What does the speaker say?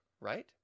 right